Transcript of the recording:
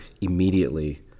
immediately